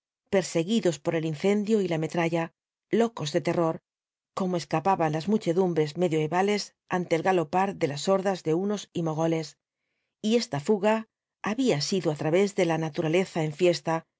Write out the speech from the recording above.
perseguidos por el incendio y la metralla locos de terror como escapaban las muchedumbres medioevales ante el galopar de las hordas de hunos y mogoles y esta fuga había sido á través de la naturaleza en fiesta